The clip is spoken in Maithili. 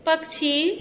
पक्षी